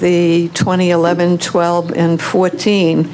the twenty eleven twelve and fourteen